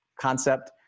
concept